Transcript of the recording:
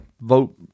vote